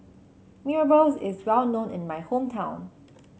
Mee Rebus is well known in my hometown